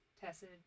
tested